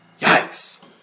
Yikes